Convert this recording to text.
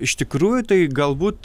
iš tikrųjų tai galbūt